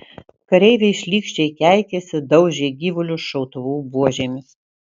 kareiviai šlykščiai keikėsi daužė gyvulius šautuvų buožėmis